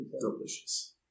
delicious